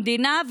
המדינה,